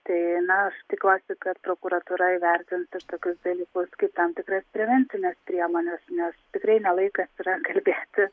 tai na aš tikiuosi kad prokuratūra įvertins tokius dalykus kaip tam tikras prevencines priemones nes tikrai ne laikas yra kalbėti